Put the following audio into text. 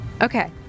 Okay